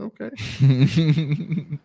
okay